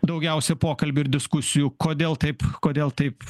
daugiausia pokalbių ir diskusijų kodėl taip kodėl taip